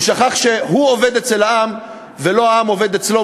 הוא שכח שהוא עובד אצל העם, ולא העם עובד אצלו.